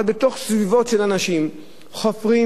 אבל בתוך סביבות של אנשים חופרים,